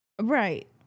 right